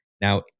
Now